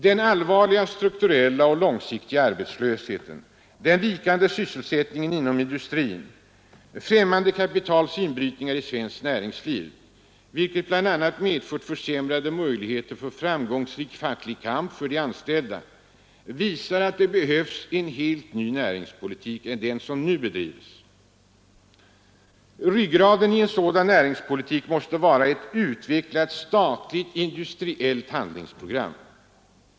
Den allvarliga strukturella och långsiktiga arbetslösheten, den vikande sysselsättningen inom industrin och främmande kapitals inbrytningar i svenskt näringsliv — vilket bl.a. medför försämrade möjligheter för framgångsrik facklig kamp för de anställda — visar att det behövs en helt ny näringspolitik än den som nu bedrivs. Ryggraden i en sådan näringspolitik måste vara ett utvecklat statligt industriellt handlingsprogram.